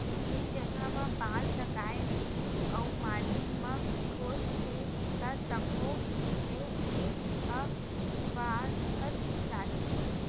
जेन जघा म बांस लगाए रहिबे अउ माटी म ठोस हे त तभो ले ए ह बाड़हत जाथे